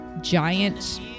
giant